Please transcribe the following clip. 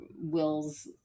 Will's